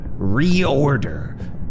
reorder